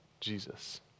Jesus